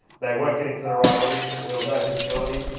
they weren't getting to the right audience. there was no visibility.